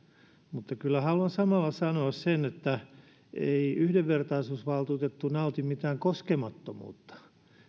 mutta kyllä haluan samalla sanoa että ei yhdenvertaisuusvaltuutettu nauti mitään koskemattomuutta